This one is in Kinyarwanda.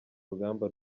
rugamba